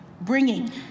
bringing